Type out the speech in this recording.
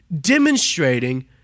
demonstrating